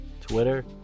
Twitter